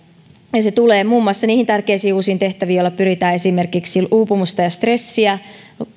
se tulee muun muassa niihin tärkeisiin uusiin tehtäviin joilla pyritään esimerkiksi uupumusta ja stressiä